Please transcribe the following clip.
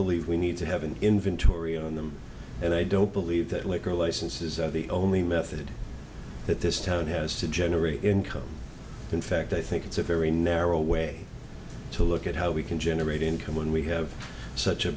believe we need to have an inventory on them and i don't believe that liquor licenses are the only method that this town has to generate income in fact i think it's a very narrow way to look at how we can generate income when we have such a